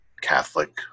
Catholic